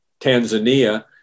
Tanzania